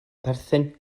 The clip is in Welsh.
perthyn